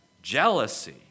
Jealousy